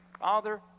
Father